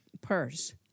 purse